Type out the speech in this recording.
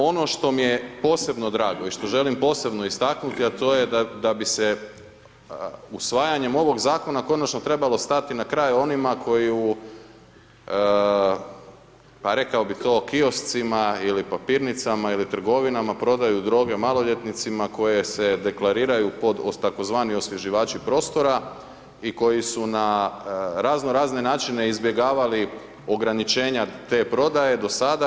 Ono što mi je posebno drago i što želim posebno istaknuti, a to je da bi se usvajanjem ovog Zakona konačno trebalo stati na kraj onima koji, pa rekao bih to kioscima ili papirnicama ili trgovinama, prodaju droge maloljetnicima, koje se deklariraju pod tzv. osvježivači prostora i koji su na razno razne načine izbjegavali ograničenja te prodaje do sada.